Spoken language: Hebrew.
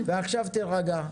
ועכשיו תירגע.